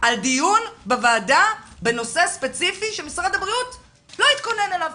על דיון בוועדה בנושא ספציפי שמשרד הבריאות לא התכנון אליו,